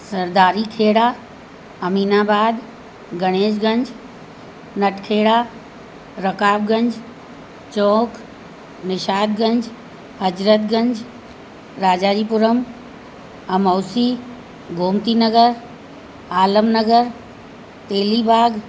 Sardari Khera Aminabag Ganeshganj Natkhera Rakabganj Chowk Nishatganj Hazratganj Rajaji Puram Amausi Gomti Nagar Alamnagar Telibagh